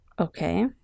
Okay